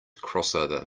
crossover